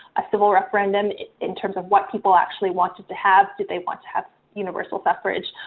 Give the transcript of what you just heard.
a civil referendum in terms of what people actually wanted to have. did they want to have universal suffrage?